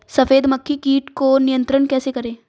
सफेद मक्खी कीट को नियंत्रण कैसे करें?